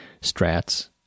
strats